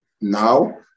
now